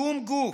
שום גוף,